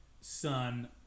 son